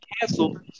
canceled